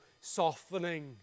softening